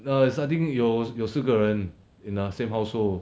err starting 有有四个人 in the same household